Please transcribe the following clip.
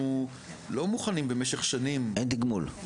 לא מוכנים במשך שנים --- אין תגמול.